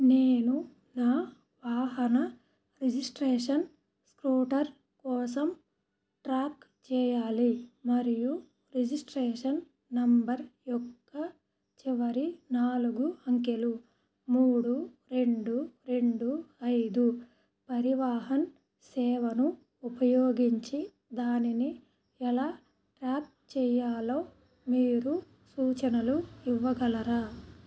నేను నా వాహన రిజిస్ట్రేషన్ స్క్రూటర్ కోసం ట్రాక్ చేయాలి మరియు రిజిస్ట్రేషన్ నెంబర్ యొక్క చివరి నాలుగు అంకెలు మూడు రెండు రెండు ఐదు పరివాహన్ సేవను ఉపయోగించి దానిని ఎలా ట్రాక్ చేయాలో మీరు సూచనలు ఇవ్వగలరా